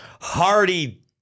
hearty